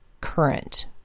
current